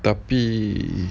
tapi